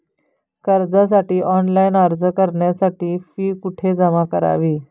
कर्जासाठी ऑनलाइन अर्ज करण्यासाठी फी कुठे जमा करावी?